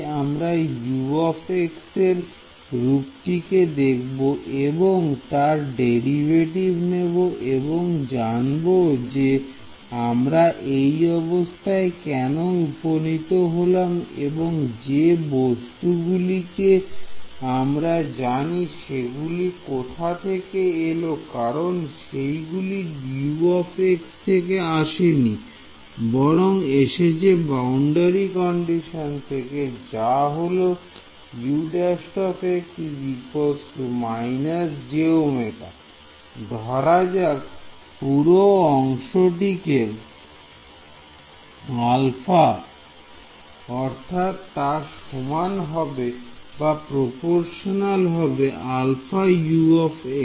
তাই আমরা U এর রুপটিকে দেখব এবং তার ডেরিভেটিভ নেব এবং জানব যে আমরা এই অবস্থায় কেন উপনীত হলাম এবং যে বস্তুগুলো কি আমরা জানি সেগুলি কোথা থেকে এলো কারণ সেইগুলি U থেকে আসেনি বরং এসেছে বাউন্ডারি কন্ডিশন থেকে যা হলো U′ − jω ধরা যাক পুরো অংশটিকে α অর্থাৎ তা সমান হবে αU